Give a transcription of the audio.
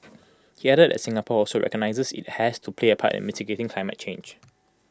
he added that Singapore also recognises IT has to play A part in mitigating climate change